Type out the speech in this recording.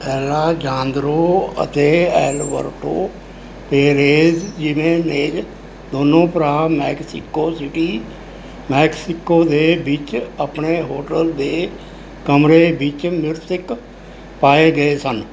Alejandro ਅਤੇ Alberto Perez Jimenez ਦੋਨੋਂ ਭਰਾ ਮੈਕਸੀਕੋ ਸਿਟੀ ਮੈਕਸੀਕੋ ਦੇ ਵਿੱਚ ਆਪਣੇ ਹੋਟਲ ਦੇ ਕਮਰੇ ਵਿੱਚ ਮ੍ਰਿਤਕ ਪਾਏ ਗਏ ਸਨ